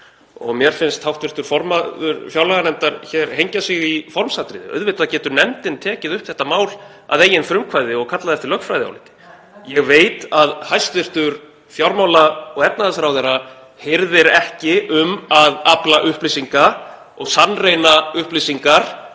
og mér finnst hv. formaður fjárlaganefndar hengja sig hér í formsatriði. Auðvitað getur nefndin tekið upp þetta mál að eigin frumkvæði og kallað eftir lögfræðiáliti. Ég veit að hæstv. fjármála- og efnahagsráðherra hirðir ekki um að afla upplýsinga og sannreyna upplýsingar